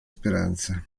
speranza